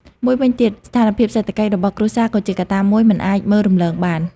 មួយវិញទៀត ស្ថានភាពសេដ្ឋកិច្ចរបស់គ្រួសារក៏ជាកត្តាមួយមិនអាចមើលរំលងបាន។